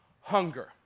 hunger